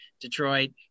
Detroit